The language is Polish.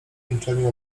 milczeniu